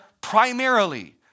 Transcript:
primarily